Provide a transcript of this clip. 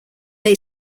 they